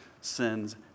sins